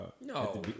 No